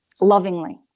lovingly